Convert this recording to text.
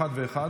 אחד ואחד,